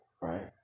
right